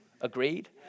Agreed